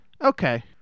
Okay